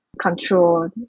control